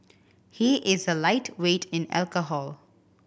he is a lightweight in alcohol